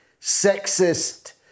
sexist